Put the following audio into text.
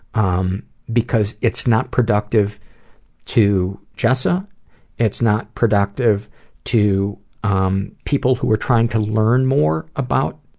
um because it's not productive to jessa it's not productive to um people who are trying to learn more about,